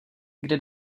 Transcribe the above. kdy